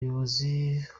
umuyobozi